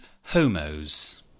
Homos